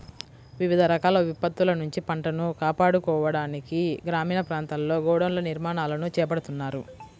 వివిధ రకాల విపత్తుల నుంచి పంటను కాపాడుకోవడానికి గ్రామీణ ప్రాంతాల్లో గోడౌన్ల నిర్మాణాలను చేపడుతున్నారు